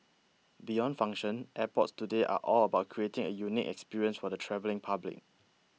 beyond function airports today are all about creating a unique experience for the travelling public